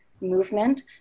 movement